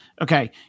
okay